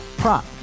Prop